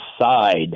side